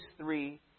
three